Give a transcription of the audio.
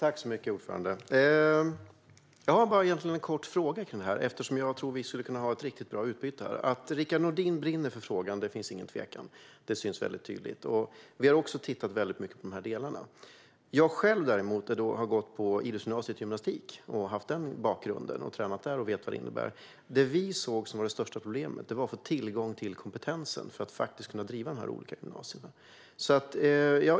Fru talman! Jag har en kort fråga om detta, eftersom jag tror att vi skulle kunna ha ett riktigt bra utbyte. Att Rickard Nordin brinner för denna fråga finns det ingen tvekan om - det syns tydligt. Vi har också tittat mycket på dessa delar. Jag har gått på ett idrottsgymnasium för gymnastik och har den bakgrunden. Jag har tränat där och vet vad det innebär. Det vi såg som det största problemet var att få tillgång till kompetensen för att kunna driva olika gymnasier.